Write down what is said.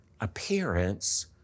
appearance